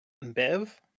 Bev